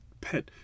pet